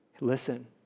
Listen